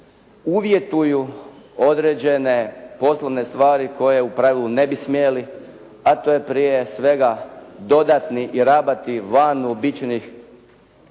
uvjetuju određene poslovne stvari koje u pravilu ne bi smjeli, a to je prije svega dodatni i rabati van uobičajenog